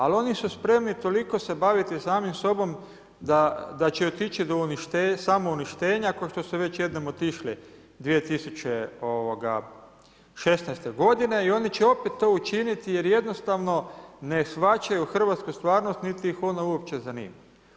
Ali, oni su spremni toliko se baviti sami sobom da će otići do samouništenja, kao što ste već jednom otišli 2016. godine i oni će opet to učiniti jer jednostavno ne shvaćaju hrvatsku stvarnost, niti ih ona uopće zanima.